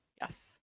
Yes